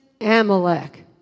Amalek